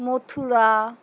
Mathura